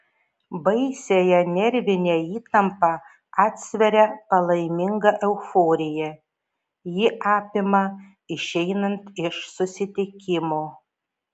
baisiąją nervinę įtampą atsveria palaiminga euforija ji apima išeinant iš susitikimo